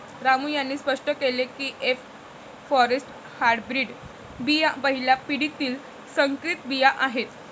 रामू यांनी स्पष्ट केले की एफ फॉरेस्ट हायब्रीड बिया पहिल्या पिढीतील संकरित बिया आहेत